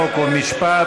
חוק ומשפט,